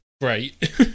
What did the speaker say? great